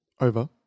over